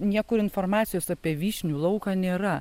niekur informacijos apie vyšnių lauką nėra